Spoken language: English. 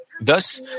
Thus